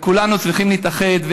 וכולנו צריכים להתאחד.